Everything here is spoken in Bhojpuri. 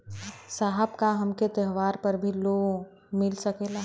साहब का हमके त्योहार पर भी लों मिल सकेला?